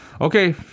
Okay